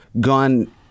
gone